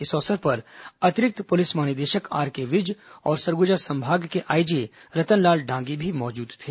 इस अवसर पर अतिरिक्त पुलिस महानिदेशक आरके विज और सरगुजा संभाग के आईजी रतनलाल डांगी भी मौजूद थे